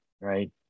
right